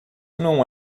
não